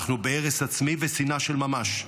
אנחנו בהרס עצמי ושנאה של ממש.